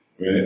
Right